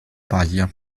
paglia